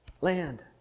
Land